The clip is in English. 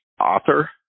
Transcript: Author